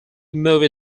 movie